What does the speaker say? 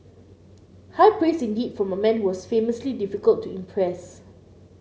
high praise indeed from a man who was famously difficult to impress